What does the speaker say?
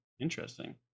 Interesting